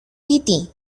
piti